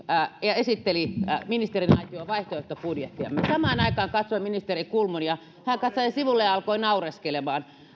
ja esitteli ministeriaitioon vaihtoehtobudjettiamme samaan aikaan katsoin ministeri kulmunia hän katsoi sivulle ja alkoi naureskelemaan